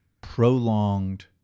prolonged